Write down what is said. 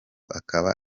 akaba